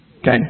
Okay